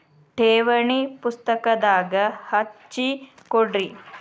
ಠೇವಣಿ ಪುಸ್ತಕದಾಗ ಹಚ್ಚಿ ಕೊಡ್ರಿ